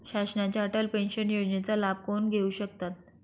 शासनाच्या अटल पेन्शन योजनेचा लाभ कोण घेऊ शकतात?